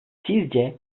sizce